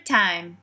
time